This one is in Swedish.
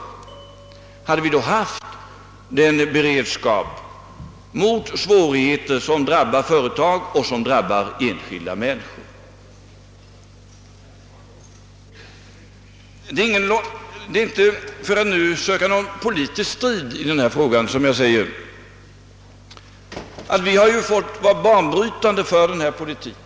Hade vi då haft den beredskap mot svårigheter som drabbar företag och som drabbar enskilda människor? Det är inte för att söka någon politisk strid i denna fråga som jag säger att vi har fått vara banbrytande för denna politik.